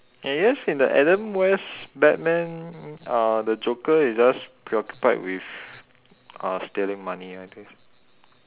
yes in the Adam-West Batman the Joker is just preoccupied with stealing money at least